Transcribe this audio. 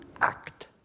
act